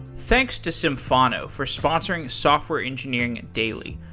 thanks to symphono for sponsoring software engineering daily.